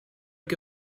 què